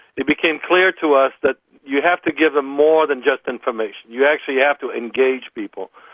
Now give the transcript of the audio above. it became clear to us that you have to give them more than just information, you actually have to engage people.